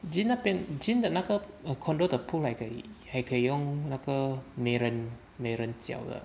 jean 那边 jean 的那个 condo 的 pool 来的还可以用那个没人没人教的